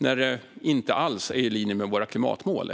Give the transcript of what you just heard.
Det ligger inte alls i linje med våra klimatmål.